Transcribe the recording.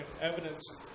evidence